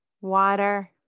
water